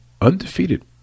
undefeated